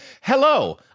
Hello